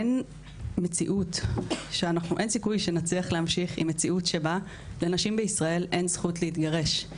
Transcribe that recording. אין סיכוי שנצליח להמשיך עם מציאות שבה לנשים בישראל אין זכות להתגרש.